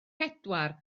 pedwar